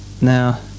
now